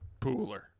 Pooler